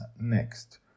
next